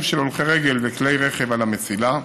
של הולכי רגל וכלי רכב על המסילה,